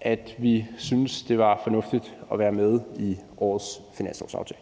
at vi syntes, det var fornuftigt at være med i årets finanslovsaftale.